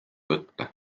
võtta